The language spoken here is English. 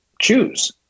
choose